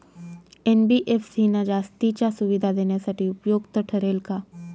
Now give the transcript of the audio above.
NBFC ना जास्तीच्या सुविधा देण्यासाठी उपयुक्त ठरेल का?